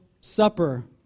supper